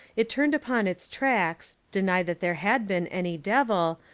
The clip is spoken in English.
it turned upon its tracks, denied that there had been any devil,